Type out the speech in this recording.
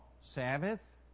Sabbath